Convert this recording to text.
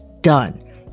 done